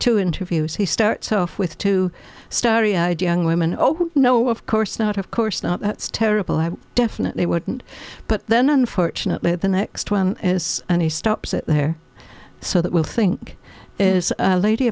two interviews he starts off with two starry eyed young women oh no of course not of course not that's terrible i definitely wouldn't but then unfortunately the next one is and he stops it there so that we'll think is a lady